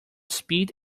spit